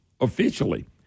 officially